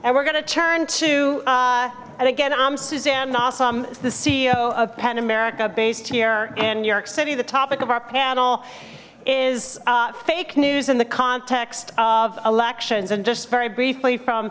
and we're going to turn to and again i'm suzanne awesome as the ceo of pen america based here in new york city the topic of our panel is fake news in the context of elections and just very briefly from